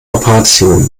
operationen